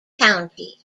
county